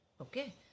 Okay